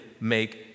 make